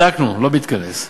בדקנו, הוא לא מתכנס.